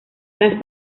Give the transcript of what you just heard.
las